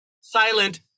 silent